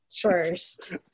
first